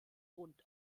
rund